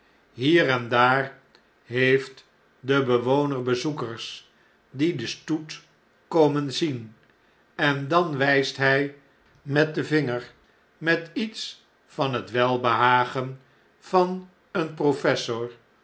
hier en daar heeft de bewoner bezoekers die den stoet komen zien en dan wijst hfl met den vinger met iets van het welbehagen van een professor